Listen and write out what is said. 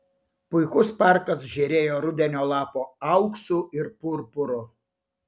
puikus parkas žėrėjo rudenio lapų auksu ir purpuru